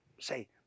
say